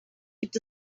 gibt